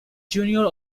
junior